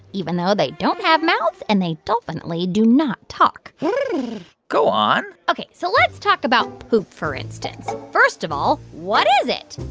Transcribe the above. even though they don't have mouths, and they dolphinitely do not talk go on ok. so let's talk about poop, for instance. first of all, what is it?